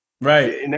Right